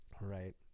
Right